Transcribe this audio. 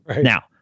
Now